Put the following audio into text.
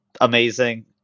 amazing